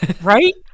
right